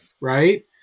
right